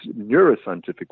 neuroscientific